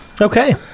okay